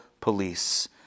police